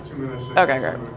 Okay